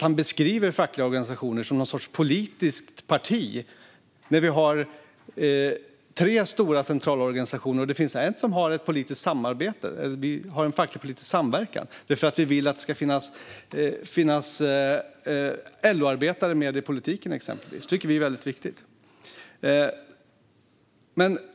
Han beskriver fackliga organisationer som någon sorts politiskt parti när vi har tre stora centralorganisationer och det finns en som har ett politiskt samarbete - vi har en facklig-politisk samverkan för att vi vill att det ska finnas LO-arbetare med i politiken exempelvis. Det tycker vi är väldigt viktigt.